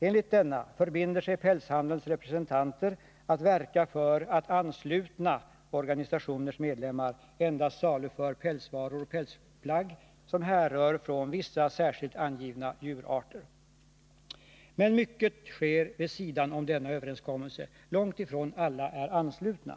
Enligt denna förbinder sig pälshandelns representanter att verka för att anslutna organisationers medlemmar endast saluför pälsvaror och pälsplagg som härrör från vissa särskilt angivna djurarter.” Mycket sker vid sidan om denna överenskommelse. Långt ifrån alla är anslutna.